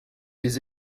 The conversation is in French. les